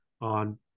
on